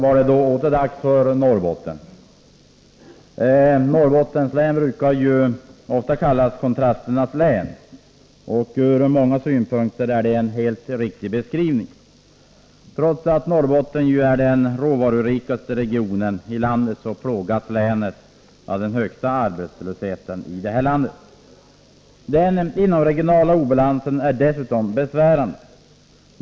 Fru talman! Norrbottens län kallas ofta kontrasternas län, och ur många synpunkter är det en helt riktig beskrivning. Trots att Norrbotten är den råvarurikaste regionen plågas länet av den högsta arbetslösheten i landet. Den inomregionala obalansen är dessutom besvärande.